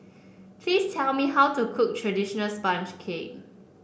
please tell me how to cook traditional sponge cake